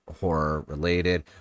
horror-related